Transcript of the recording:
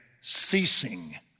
ceasing